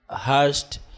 hast